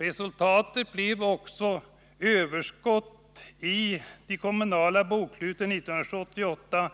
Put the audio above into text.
Resultatet blev också ett överskott på ca 2 miljarder i de kommunala boksluten 1978.